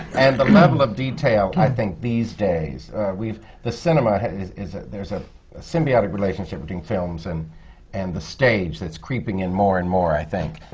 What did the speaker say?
and the level of detail i think these days the cinema is is there's a symbiotic relationship between films and and the stage that's creeping in more and more i think.